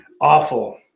awful